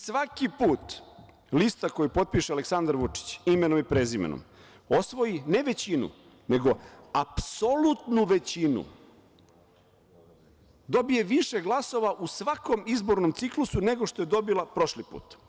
Svaki put lista koju potpiše Aleksandar Vučić, imenom i prezimenom, osvoji ne većinu, nego apsolutnu većinu, dobije više glasova u svakom izbornom ciklusu nego što je dobila prošli put.